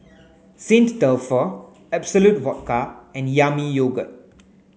St Dalfour Absolut Vodka and Yami Yogurt